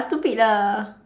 stupid lah